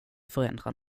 förändrar